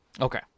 Okay